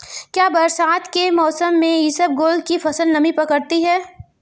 क्या बरसात के मौसम में इसबगोल की फसल नमी पकड़ती है?